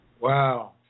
Wow